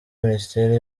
minisiteri